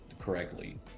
correctly